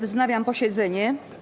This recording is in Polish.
Wznawiam posiedzenie.